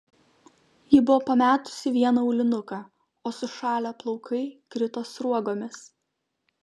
ji buvo pametusi vieną aulinuką o sušalę plaukai krito sruogomis